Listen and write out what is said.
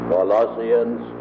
Colossians